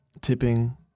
tipping